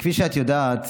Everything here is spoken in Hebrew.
כפי שאת יודעת,